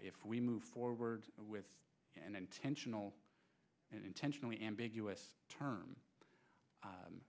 if we move forward with an intentional and intentionally ambiguous term